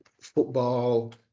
football